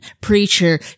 preacher